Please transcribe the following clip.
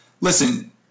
Listen